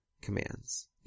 commands